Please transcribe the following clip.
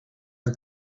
een